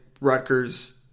Rutgers